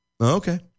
Okay